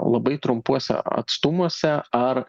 labai trumpuose atstumuose ar